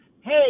Hey